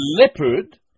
leopard